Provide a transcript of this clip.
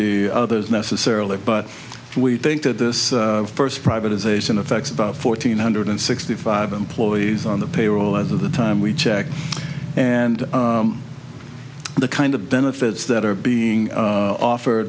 the others necessarily but we think that this first privatization affects about fourteen hundred sixty five employees on the payroll as of the time we checked and the kind of benefits that are being offer